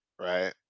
right